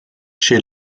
chez